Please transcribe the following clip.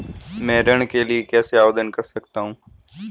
मैं ऋण के लिए कैसे आवेदन कर सकता हूं?